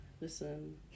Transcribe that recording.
listen